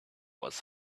was